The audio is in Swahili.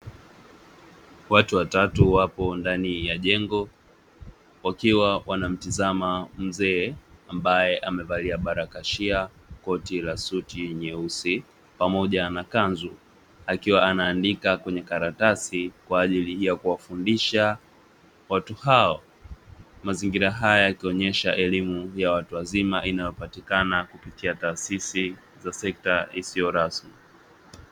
Watu watatu wapo ndani ya jengo wakiwa wanamtizama mzee ambaye amevalia barakashia, koti la suti nyeusi pamoja na kanzu akiwa anaandika kwenye karatasi kwaajili ya kuwafundisha watu hao, mazingira haya yakionyesha elimu ya watu wazima inayo patikana kupitia taasisi za sekta isiyo rasmi.